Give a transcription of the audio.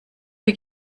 wir